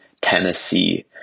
Tennessee